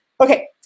Okay